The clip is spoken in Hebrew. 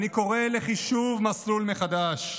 ואני קורא לחישוב מסלול מחדש.